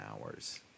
hours